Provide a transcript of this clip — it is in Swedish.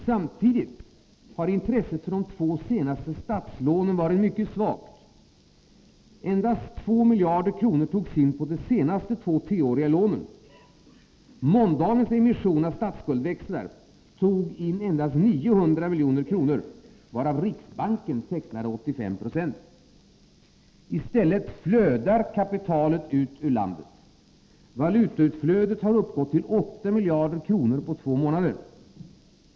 Samtidigt har intresset för det två senaste statslånen varit mycket svagt. Endast 2 miljarder kronor togs in på det senaste två tioåriga lånen. Måndagens emission av statsskuldsväxlar tog in endast 900 milj.kr., varav riksbanken tecknade 85 Ho. I stället flödar kapitalet ut ur landet. Valutautflödet har uppgått till 8 miljarder kronor på två månader.